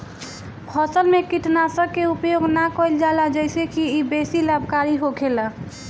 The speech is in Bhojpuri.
फसल में कीटनाशक के उपयोग ना कईल जाला जेसे की इ बेसी लाभकारी होखेला